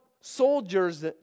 soldiers